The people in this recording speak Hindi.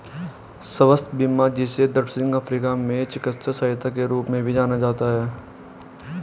स्वास्थ्य बीमा जिसे दक्षिण अफ्रीका में चिकित्सा सहायता के रूप में भी जाना जाता है